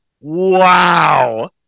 Wow